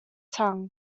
tongue